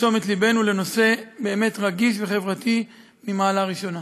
תשומת לבנו לנושא באמת רגיש וחברתי ממעלה ראשונה.